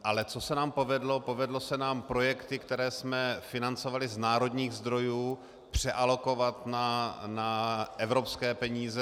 Ale co se nám povedlo, povedly se nám projekty, které jsme financovali z národních zdrojů, přealokovat na evropské peníze.